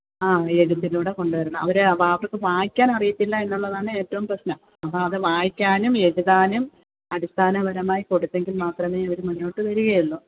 ആ എഴുത്തിലൂടെ കൊണ്ട് വരണം അവരാ വാക്കൊക്കെ വായിക്കാൻ അറിയത്തില്ല എന്നുള്ളതാണ് ഏറ്റോം പ്രശ്നം അപ്പം അത് വായിക്കാനും എഴുതാനും അടിസ്ഥാനപരമായി കൊടുത്തെങ്കിൽ മാത്രമേ ഇവർ മുന്നോട്ട് വരികയുള്ളു